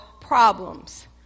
problems